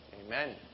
amen